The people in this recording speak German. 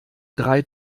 drei